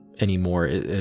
anymore